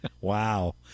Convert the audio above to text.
Wow